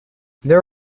there